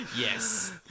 Yes